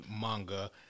manga